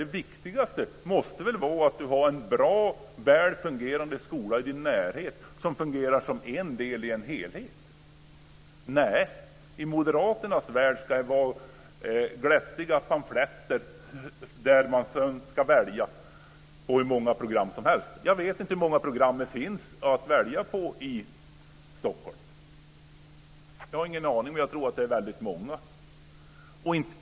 Det viktigaste för människor måste väl vara att ha en bra väl fungerande skola i sin närhet som fungerar som en del i en helhet. Nej, i Moderaternas värld ska det vara glättiga pamfletter där man ska välja mellan hur många program som helst. Jag vet inte hur många program det finns att välja mellan i Stockholm. Jag har ingen aning om det, men jag tror att det är väldigt många.